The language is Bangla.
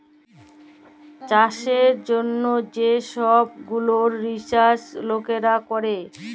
চাষের জ্যনহ যে সহব গুলান রিসাচ লকেরা ক্যরে